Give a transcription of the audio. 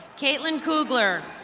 kaitlin koogler.